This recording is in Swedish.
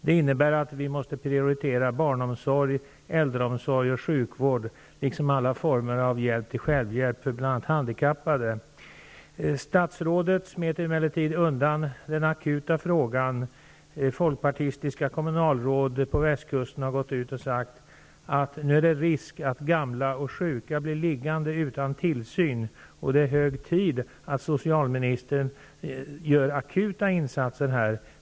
Det innebär att vi måste prioritera barnomsorg, äldreomsorg och sjukvård liksom alla former av hjälp till självhjälp för bl.a. handikappade. Statsrådet smet emellertid undan den akuta frågan: folkpartistiska kommunalråd på Västkusten har gått ut och sagt att det nu är risk att gamla och sjuka blir liggande utan tillsyn. Det är hög tid att socialministern här gör akuta insatser.